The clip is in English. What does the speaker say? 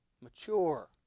mature